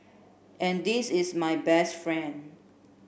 and this is my best friend